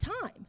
time